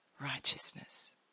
righteousness